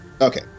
Okay